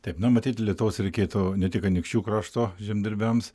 taip na matyt lietaus reikėtų ne tik anykščių krašto žemdirbiams